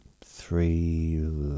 three